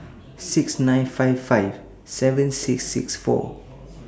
six nine five five seven six six four